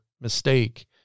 mistake